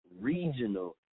Regional